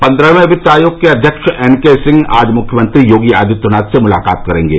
पन्द्रहयें वित्त आयोग के अध्यक्ष एन के सिंह आज मुख्यमंत्री योगी आदित्यनाथ से मुलाकात करेंगे